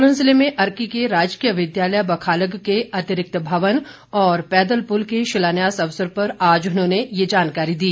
सोलन जिले में अर्की के राजकीय विद्यालय बखालग के अतिरिक्त भवन और पैदल पुल के शिलान्यास अवसर पर आज उन्होंने ये जानकारी दी